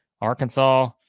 Arkansas